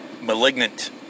malignant